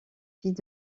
fille